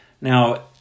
Now